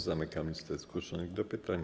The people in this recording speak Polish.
Zamykam listę zgłoszonych do pytań.